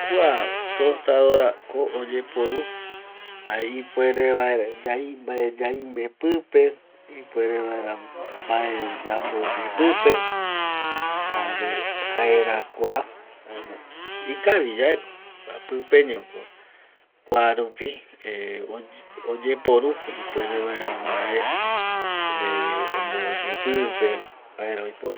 Kua tostadorako oyeporu ipuere vaera mbae yaimbe pipe, ipuere vaera mbae yamboyi pipe, jare jaera kua, ikaviyaeko esa pipeñoko kuarupi oyeporu ipuere mbae oyemboyi pipe